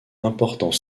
important